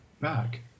back